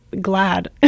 glad